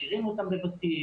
משאירים אותם בבתים.